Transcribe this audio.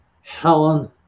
Helen